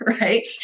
right